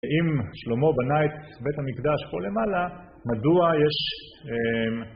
אם שלמה בנה את בית המקדש פה למעלה, מדוע יש...